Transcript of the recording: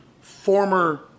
Former